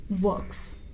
works